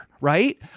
right